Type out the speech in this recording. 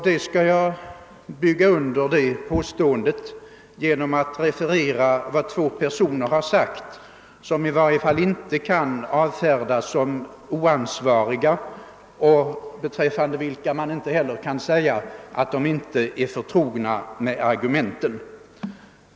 Jag skall bygga under det påståendet genom att referera vad två personer har sagt som i varje fall inte kan avfärdas som oansvariga och beträffande vilka man inte heller kan påstå att de inte är förtrogna med argumenten.